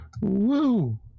Woo